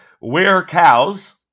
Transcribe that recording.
were-cows